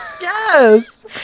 yes